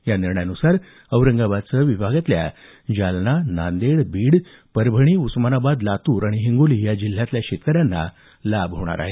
या निर्णयानुसार औरंगाबादसह विभागातल्या जालना नांदेड बीड परभणी उस्मानाबाद लातूर हिंगोली या जिल्ह्यांतल्या शेतकऱ्यांना याचा लाभ होणार आहे